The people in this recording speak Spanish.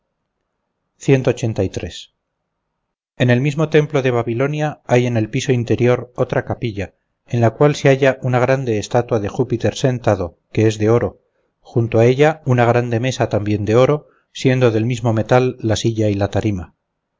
en el mismo templo de babilonia hay en el piso interior otra capilla en la cual se halla una grande estatua de júpiter sentado que es de oro junto a ella una grande mesa también de oro siendo del mismo metal la silla y la tarima